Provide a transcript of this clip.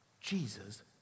Jesus